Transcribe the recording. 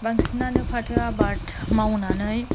बांसिनानै फाथो आबाद मावनानै